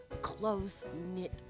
close-knit